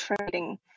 trading